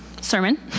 sermon